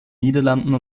niederlanden